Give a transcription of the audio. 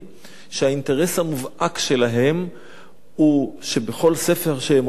שהאינטרס המובהק שלהן הוא שכל ספר שהן מוציאות הן